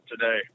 today